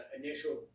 initial